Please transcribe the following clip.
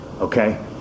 Okay